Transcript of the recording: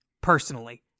personally